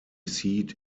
seat